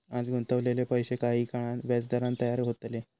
आज गुंतवलेले पैशे काही काळान व्याजदरान तयार होतले